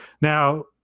Now